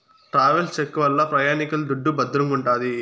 travels check వల్ల ప్రయాణికుల దుడ్డు భద్రంగుంటాది